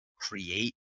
create